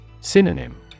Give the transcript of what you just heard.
Synonym